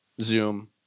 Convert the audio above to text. zoom